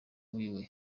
wiwe